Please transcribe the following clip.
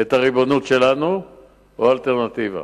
את הריבונות שלנו או האלטרנטיבה.